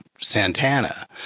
Santana